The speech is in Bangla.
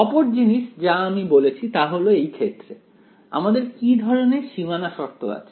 অপর জিনিস যা আমি বলেছি তা হল এই ক্ষেত্রে আমাদের কি ধরনের সীমানা শর্ত আছে